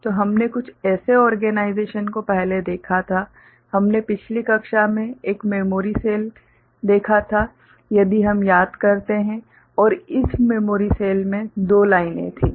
तो हमने कुछ ऐसे ओर्गेनाइजेशन को पहले देखा था हमने पिछली कक्षा में एक मेमोरी सेल देखा था यदि हम याद करते हैं और इस मेमोरी सेल में 2 लाइनें थीं